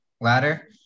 Ladder